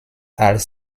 als